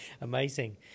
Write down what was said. Amazing